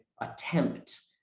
attempt